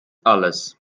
alles